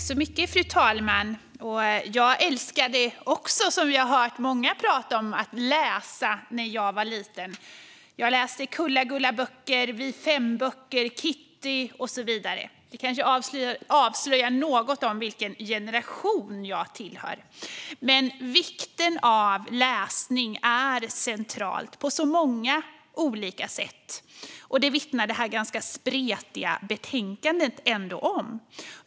Fru talman! Jag älskade också att läsa, vilket vi har hört många prata om, när jag var liten. Jag läste Kulla-Gulla-böcker, Fem-böcker, Kittyböcker och så vidare. Det avslöjar kanske vilken generation jag tillhör. Läsning är centralt på många olika sätt. Det vittnar detta ganska spretiga betänkande om.